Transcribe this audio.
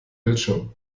bildschirm